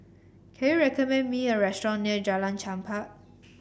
can you recommend me a restaurant near Jalan Chempah